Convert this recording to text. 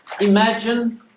Imagine